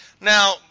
Now